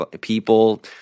people